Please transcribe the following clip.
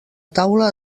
taula